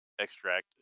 extract